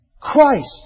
Christ